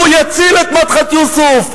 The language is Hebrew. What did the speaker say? הוא יציל את מדחת יוסף.